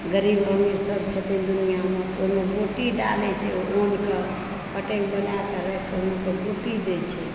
गरीब अमीर सब छथिन दुनियामे तऽ ओहिमे गोटी डालय छै गोलके फटकि बनाक रखलहुँ फेर गोटी दए छै